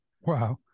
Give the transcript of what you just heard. Wow